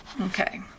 Okay